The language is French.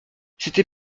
c’était